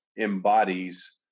embodies